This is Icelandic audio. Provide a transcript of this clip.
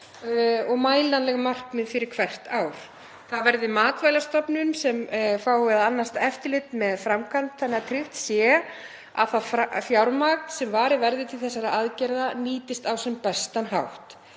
og mælanleg markmið fyrir hvert ár. Það verði Matvælastofnun sem fái að annast eftirlit með framkvæmd þannig að tryggt verði að fjármagn sem varið verði til þessara aðgerða nýtist á sem bestan hátt.